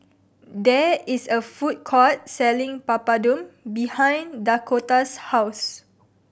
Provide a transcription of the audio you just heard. there is a food court selling Papadum behind Dakoda's house